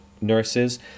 nurses